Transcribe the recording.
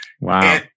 Wow